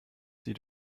sie